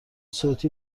صوتی